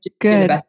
Good